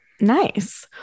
Nice